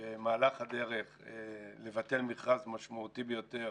במהלך הדרך לבטל מכרז משמעותי ביותר